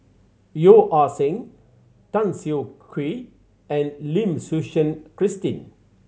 Yeo Ah Seng Tan Siah Kwee and Lim Suchen Christine